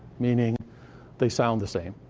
meaning they sound the same,